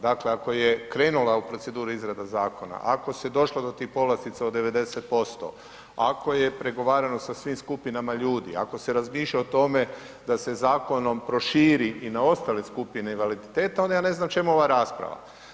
Dakle, ako je krenula u proceduru izrada zakona, ako se došlo do tih povlastica od 90%, ako je pregovarano sa svim skupinama ljudi, ako se razmišlja o tome da se zakonom proširi i na ostale skupine invaliditeta onda ja ne znam čemu ova rasprava.